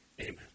Amen